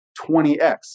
20X